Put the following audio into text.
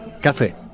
Café